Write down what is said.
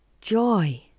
joy